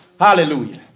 Hallelujah